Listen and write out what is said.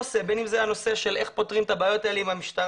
צריך לראות איך פותרים את הבעיות האלה עם המשטרה,